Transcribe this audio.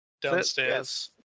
downstairs